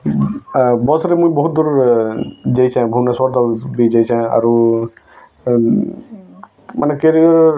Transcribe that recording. ବସ୍ରେ ମୁଇଁ ବହୁତ୍ ଦୂରରୁ ଯେଇଚେଁ ଭୁବନେଶ୍ୱର ତକ୍ ବି ଯାଇଚେଁ ଆରୁ ମାନେ କେରିଅର୍